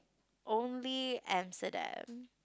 only Amsterdam